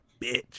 bitch